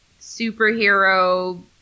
superhero